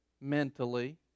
mentally